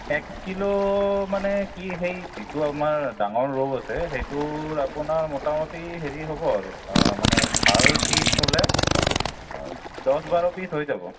এক কিলো মানে কি সেই যিটো আমাৰ ডাঙৰ ৰৌ আছে সেইটোৰ আপোনাৰ মোটামোটি হেৰি হ'ব আৰু মানে ভাল পিচ হ'লে দহ বাৰ পিচ হৈ যাব